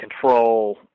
control